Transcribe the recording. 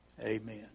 amen